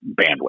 bandwidth